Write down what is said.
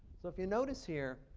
so if you notice here,